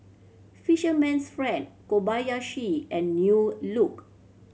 Fisherman's Friend Kobayashi and New Look